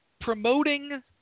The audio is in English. promoting